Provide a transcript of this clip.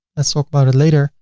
let's talk about it later.